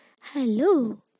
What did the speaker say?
Hello